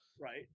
Right